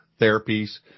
therapies